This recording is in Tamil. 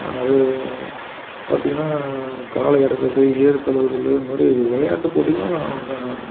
அது பார்த்தீங்கன்னா காளை அடக்குவது ஏர் தழுவதலு இது மாதிரி விளையாட்டு போட்டிகளும் அங்கே